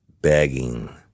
begging